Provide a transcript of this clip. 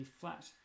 flat